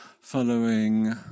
following